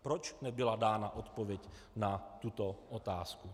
Proč nebyla dána odpověď na tuto otázku?